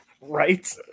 Right